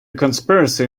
conspiracy